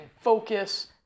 focus